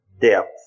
depth